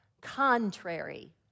Contrary